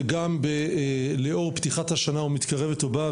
וגם לאור פתיחת השנה המתקרבת ובאה,